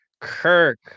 Kirk